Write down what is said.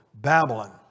Babylon